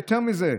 יותר מזה,